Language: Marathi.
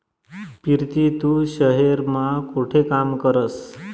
पिरती तू शहेर मा कोठे काम करस?